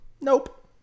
Nope